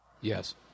yes